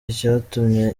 icyatumye